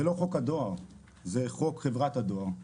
זה לא חוק הדואר אלא זה חוק חברת הדואר.